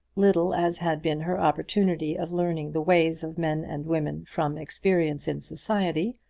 little as had been her opportunity of learning the ways of men and women from experience in society,